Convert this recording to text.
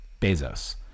Bezos